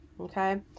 Okay